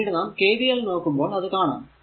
പിന്നീട് നാം KVL നോക്കുമ്പോൾ അത് കാണാം